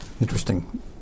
Interesting